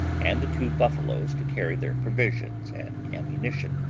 and the two buffaloes to carry their provisions and ammunition.